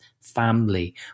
family